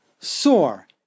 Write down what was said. sore